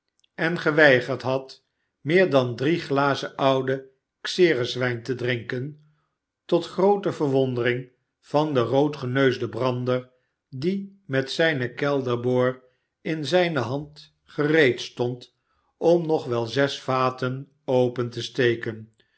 en geweigerd had meer dan drie glazen ouden xereswijn te drinken tot groote verwondering van den roodgeneusden brander die met zijne kelderboor in zijne hand gereedstond om nog wel zes vaten open te steken